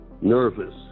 nervous